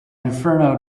inferno